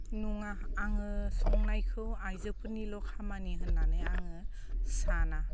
नङा आङो संनायखौ आइजोफोरनिल' खामानि होननानै आङो साना